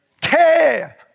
care